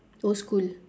old school